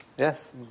Yes